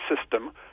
system